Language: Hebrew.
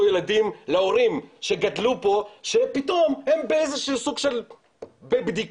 ילדים להורים שגדלו פה שפתאום הם באיזה סוג של בבדיקה.